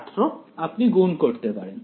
ছাত্র আপনি গুণ করতে পারেন